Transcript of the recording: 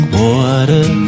water